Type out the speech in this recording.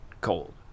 cold